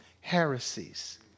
heresies